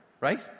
right